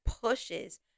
pushes